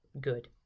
good